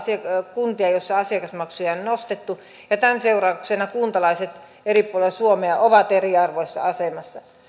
kuntia joissa asiakasmaksuja on on nostettu ja tämän seurauksena kuntalaiset eri puolilla suomea ovat eriarvoisessa asemassa